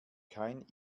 kein